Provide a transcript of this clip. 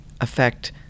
affect